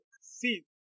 See